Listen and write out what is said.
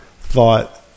thought